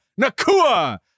Nakua